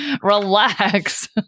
relax